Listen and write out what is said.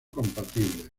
compatibles